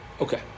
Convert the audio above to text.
Okay